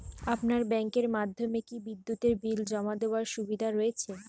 আপনার ব্যাংকের মাধ্যমে কি বিদ্যুতের বিল জমা দেওয়ার সুবিধা রয়েছে?